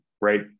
right